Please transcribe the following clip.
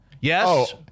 Yes